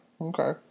okay